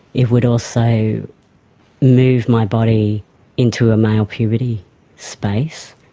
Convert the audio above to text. it would also move my body into a male puberty space.